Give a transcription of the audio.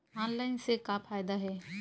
Online से का फ़ायदा हे?